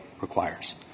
requires